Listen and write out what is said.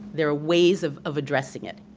there are ways of of addressing it,